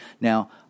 Now